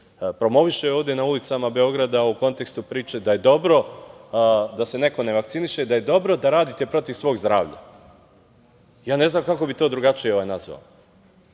promoviše ovde na ulicama Beograda, a u kontekstu priče da je dobro da se neko ne vakciniše, da je dobro da radite protiv svog zdravlja. Ne znam kako bi to drugačije nazvao